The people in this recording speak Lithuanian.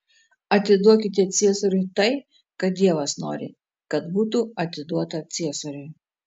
atiduokite ciesoriui tai ką dievas nori kad būtų atiduota ciesoriui